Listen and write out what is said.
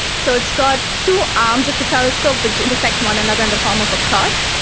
so it's got two arms of the telescope which intersect one another in the form of a cross,